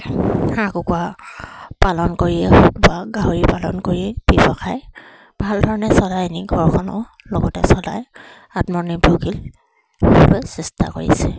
হাঁহ কুকুৰা পালন কৰিয়ে বা গাহৰি পালন কৰি দি পেলাই ভাল ধৰণে চলাই নি ঘৰখনো লগতে চলাই আত্মনিৰ্ভৰশীল চেষ্টা কৰিছে